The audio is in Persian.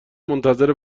منتظر